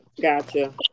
Gotcha